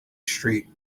street